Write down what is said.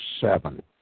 seven